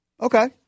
Okay